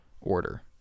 order